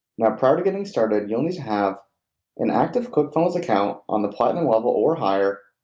now prior to getting started, you'll need to have an active clickfunnels account on the platinum level or higher,